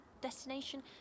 destination